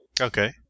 Okay